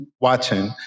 watching